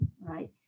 right